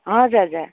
हजुर हजुर